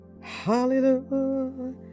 Hallelujah